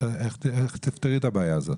איך תפתרו את הבעיה הזאת?